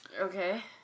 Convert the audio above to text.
Okay